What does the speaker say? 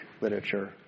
literature